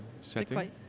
setting